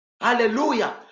Hallelujah